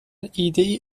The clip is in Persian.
ایدهای